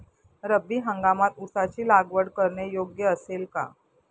रब्बी हंगामात ऊसाची लागवड करणे योग्य असेल का?